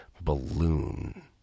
balloon